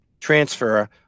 transfer